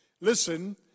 listen